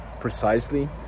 precisely